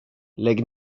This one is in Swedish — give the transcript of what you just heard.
lägg